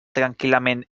tranquil·lament